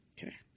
Okay